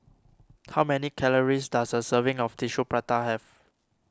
how many calories does a serving of Tissue Prata have